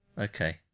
Okay